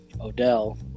Odell